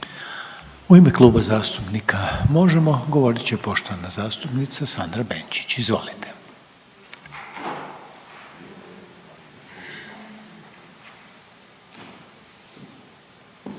U ime Kluba zastupnika Možemo! govorit će poštovana zastupnica Sandra Benčić, izvolite.